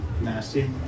Nasty